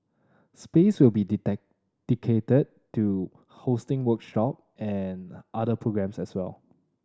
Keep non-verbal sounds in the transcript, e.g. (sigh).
space will be (unintelligible) to hosting workshop and other programmes as well